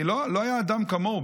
כי לא היה אדם כמוהו,